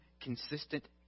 consistent